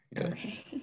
Okay